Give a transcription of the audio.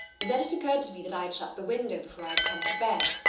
then it occurred to me that i had shut the window before i had come to bed.